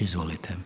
Izvolite.